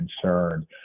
concerned